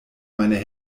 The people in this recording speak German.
meine